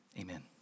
Amen